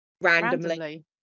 randomly